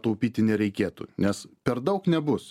taupyti nereikėtų nes per daug nebus